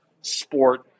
sport